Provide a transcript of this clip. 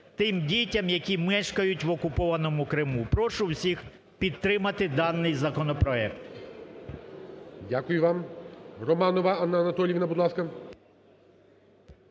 тим дітям, які мешкають в окупованому Криму. Прошу всіх підтримати даний законопроект. ГОЛОВУЮЧИЙ. Дякую вам. Романова Анна Анатоліївна, будь ласка.